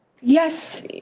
Yes